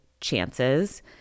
chances